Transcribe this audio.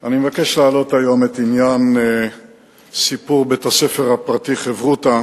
אני מבקש להעלות היום את סיפור בית-הספר הפרטי "חברותא",